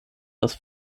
das